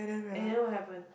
and then what happen